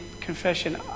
confession